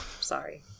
Sorry